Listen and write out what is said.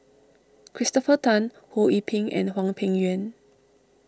Christopher Tan Ho Yee Ping and Hwang Peng Yuan